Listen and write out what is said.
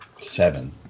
Seven